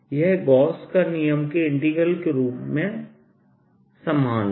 यह गॉस का नियमGauss's Law के इंटीग्रल रूप के समान है